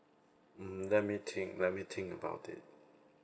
mm let me think let me think about it